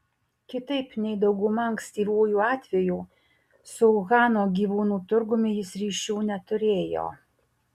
kitaip nei dauguma ankstyvųjų atvejų su uhano gyvūnų turgumi jis ryšių neturėjo